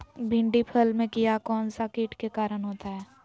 भिंडी फल में किया कौन सा किट के कारण होता है?